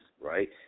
right